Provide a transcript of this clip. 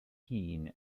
skiing